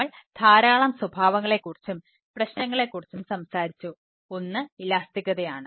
നമ്മൾ ധാരാളം സ്വഭാവങ്ങളെ കുറിച്ചും പ്രശ്നങ്ങളെ കുറിച്ചും സംസാരിച്ചു ഒന്ന് ഇലാസ്തികതയാണ്